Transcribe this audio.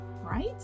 right